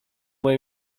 moje